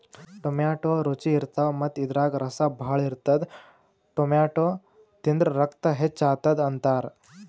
tomato ರುಚಿ ಇರ್ತವ್ ಮತ್ತ್ ಇದ್ರಾಗ್ ರಸ ಭಾಳ್ ಇರ್ತದ್ ಟೊಮ್ಯಾಟೋ ತಿಂದ್ರ್ ರಕ್ತ ಹೆಚ್ಚ್ ಆತದ್ ಅಂತಾರ್